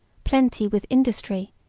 plenty with industry,